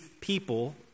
people